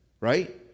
right